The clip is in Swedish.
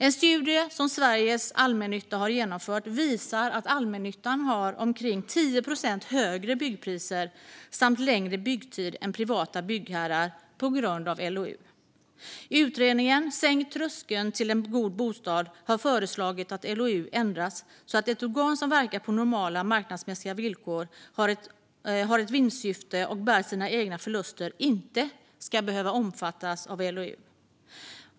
En studie som Sveriges Allmännytta har genomfört visar att allmännyttan har omkring 10 procent högre byggpriser och längre byggtid än privata byggherrar på grund av LOU. Utredningen Sänk tröskeln till en god bostad har föreslagit att LOU ändras så att ett organ som verkar på normala marknadsmässiga villkor, har ett vinstsyfte och bär sina egna förluster inte ska behöva omfattas av LOU.